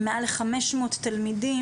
עם מעל לחמש מאות תלמידים,